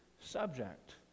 subject